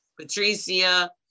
Patricia